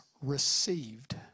received